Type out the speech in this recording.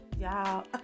Y'all